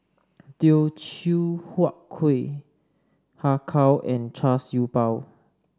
Teochew Huat Kueh Har Kow and Char Siew Bao